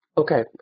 Okay